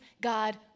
God